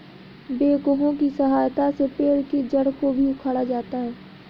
backhoe की सहायता से पेड़ के जड़ को भी उखाड़ा जाता है